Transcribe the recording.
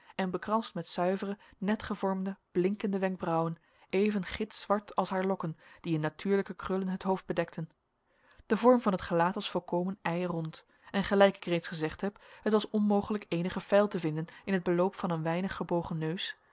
en bekranst met zuivere net gevormde blinkende wenkbrauwen even gitzwart als haar lokken die in natuurlijke krullen het hoofd bedekten de vorm van het gelaat was volkomen eirond en gelijk ik reeds gezegd heb het was onmogelijk eenige feil te vinden in het beloop van den een weinig gebogen neus